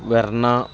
Verna